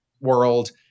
world